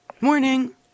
Morning